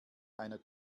einer